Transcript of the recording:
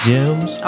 Gems